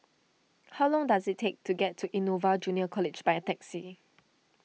how long does it take to get to Innova Junior College by a taxi